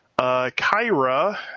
Kyra